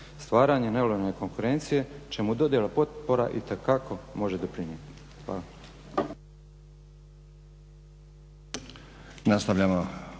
stvaranjem nelojalne konkurencije čemu dodjela potpora itekako može doprinijeti. Hvala.